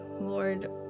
Lord